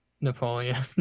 Napoleon